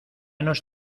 nos